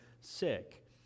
sick